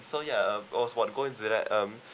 so ya uh was what going to say that um